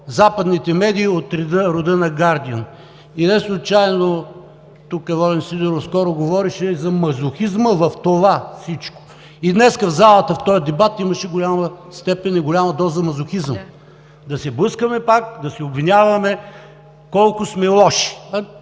западните медии от рода на „Гардиън“. И неслучайно Волен Сидеров тук скоро говореше за мазохизма в това всичко. И днес в залата в този дебат имаше голяма степен и голяма доза мазохизъм – да се блъскаме пак, да се обвиняваме колко сме лоши.